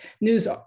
news